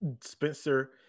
Spencer